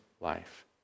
life